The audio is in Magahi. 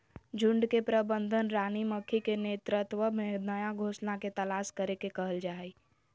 झुंड के प्रबंधन रानी मक्खी के नेतृत्व में नया घोंसला के तलाश करे के कहल जा हई